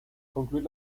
concluir